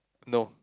no